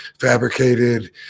fabricated